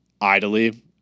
idly